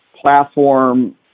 platform